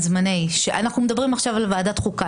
אנחנו מדברים עכשיו על ועדת חוקה,